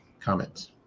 comments